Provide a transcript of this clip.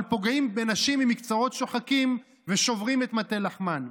אבל פוגעים בנשים עם מקצועות שוחקים ושוברים את מטה לחמן,